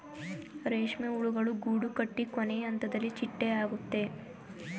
ರೇಷ್ಮೆ ಹುಳುಗಳು ಗೂಡುಕಟ್ಟಿ ಕೊನೆಹಂತದಲ್ಲಿ ಚಿಟ್ಟೆ ಆಗುತ್ತೆ